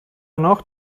noch